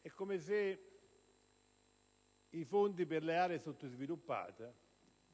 È come se i fondi per le aree sottoutilizzate